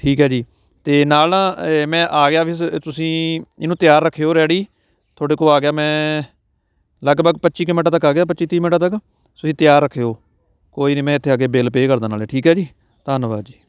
ਠੀਕ ਹੈ ਜੀ ਅਤੇ ਨਾਲ ਨਾ ਏ ਮੈਂ ਆ ਗਿਆ ਵੀ ਸ ਤੁਸੀਂ ਇਹਨੂੰ ਤਿਆਰ ਰੱਖਿਓ ਰੈਡੀ ਤੁਹਾਡੇ ਕੋਲ ਆ ਗਿਆ ਮੈਂ ਲਗਭਗ ਪੱਚੀ ਕੁ ਮਿੰਟਾਂ ਤੱਕ ਆ ਗਿਆ ਪੱਚੀ ਤੀਹ ਮਿੰਟਾਂ ਤੱਕ ਤੁਸੀਂ ਤਿਆਰ ਰੱਖਿਓ ਕੋਈ ਨਹੀਂ ਮੈਂ ਇੱਥੇ ਆ ਕੇ ਬਿੱਲ ਪੇਅ ਕਰਦਾ ਨਾਲ਼ੇ ਠੀਕ ਹੈ ਜੀ ਧੰਨਵਾਦ ਜੀ